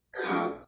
cop